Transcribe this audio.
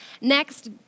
Next